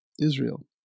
Israel